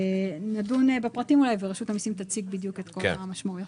נדון בפרטים ורשות המסים תציג בדיוק את כל המשמעויות.